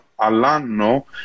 all'anno